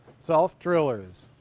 self drillers.